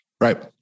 Right